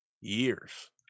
years